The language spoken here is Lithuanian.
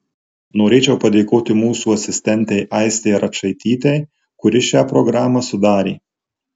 norėčiau padėkoti mūsų asistentei aistei račaitytei kuri šią programą sudarė